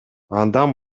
андан